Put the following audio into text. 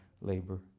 labor